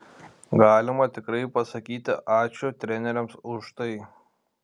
galima tikrai pasakyti ačiū treneriams už tai